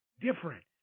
different